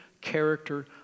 character